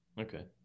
Okay